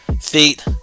feet